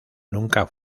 nunca